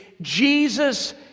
Jesus